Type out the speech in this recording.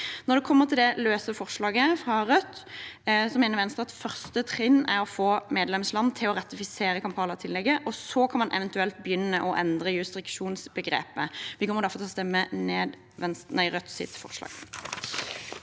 Når det gjelder det løse forslaget fra Rødt, mener Venstre at første trinn er å få medlemsland til å ratifisere Kampala-tillegget, og så kan man eventuelt begynne å endre jurisdiksjonsbegrepet. Vi kommer derfor til å stemme mot Rødts forslag.